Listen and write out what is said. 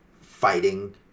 fighting